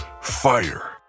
fire